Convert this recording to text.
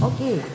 Okay